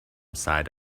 side